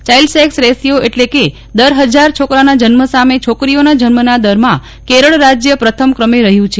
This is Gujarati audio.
ચાઇલ્ડ સેક્સ રેશિયો એટલે કે દર હજાર છોકરાના જન્મ સામે છોકરીઓના જન્મના દરમાં કેરળ રાજ્ય પ્રથમ ક્રમે રહ્યું છે